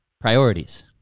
Priorities